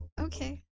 Okay